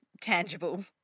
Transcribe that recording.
tangible